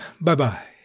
bye-bye